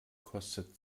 kostet